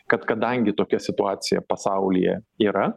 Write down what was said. kad kadangi tokia situacija pasaulyje yra